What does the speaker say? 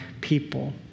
people